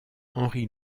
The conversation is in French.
henri